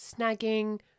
snagging